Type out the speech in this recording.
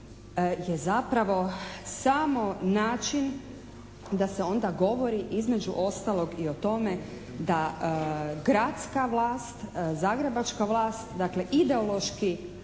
je zapravo samo način da se onda govori između ostalog i o tome da gradska vlast, zagrebačka vlast dakle ideološki